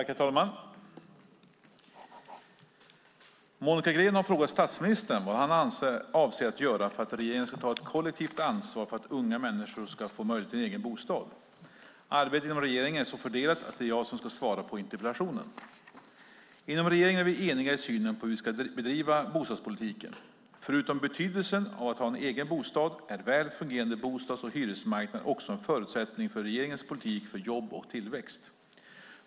Herr talman! Monica Green har frågat statsministern vad han avser att göra för att regeringen ska ta ett kollektivt ansvar för att unga människor ska få möjlighet till egen bostad. Arbetet inom regeringen är så fördelat att det är jag som ska svara på interpellationen. Inom regeringen är vi eniga i synen på hur vi ska bedriva bostadspolitiken. Förutom betydelsen av att ha en egen bostad är väl fungerande bostads och hyresmarknader också en förutsättning för regeringens politik för jobb och tillväxt.